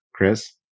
Chris